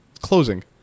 Closing